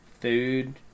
food